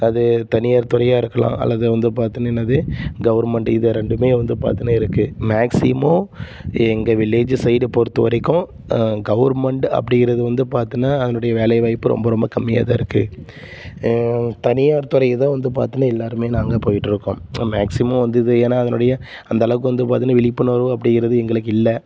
அது தனியார் துறையாக இருக்கலாம் அல்லது வந்து பார்த்தீன்னா என்னது கவர்மெண்டு இதை ரெண்டுமே வந்து பார்த்தீன்னா இருக்குது மேக்சிமம் எங்கள் வில்லேஜு சைடு பொறுத்த வரைக்கும் கவர்மெண்டு அப்படிங்கிறது வந்து பார்த்தீன்னா அதனுடைய வேலைவாய்ப்பு ரொம்ப ரொம்ப கம்மியாக தான் இருக்குது தனியார் துறை தான் வந்து பார்த்தீன்னா எல்லோரும் நாங்கள் போயிட்டுருக்கோம் மேக்சிமம் வந்து இது ஏன்னா அதனுடைய அந்தளவுக்கு வந்து பார்த்தீன்னா விழிப்புணர்வு அப்படிங்கிறது எங்களுக்கு இல்லை